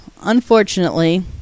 unfortunately